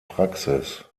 praxis